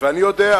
אני יודע,